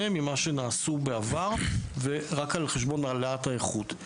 ממה שנעשו בעבר רק על חשבון העלאת האיכות.